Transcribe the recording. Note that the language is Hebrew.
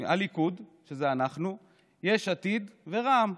הליכוד, שזה אנחנו, יש עתיד ורע"מ.